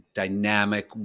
dynamic